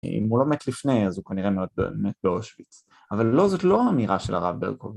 אם הוא לא מת לפני, אז הוא כנראה מת באושוויץ, אבל לא, זאת לא אמירה של הרב ברקוב...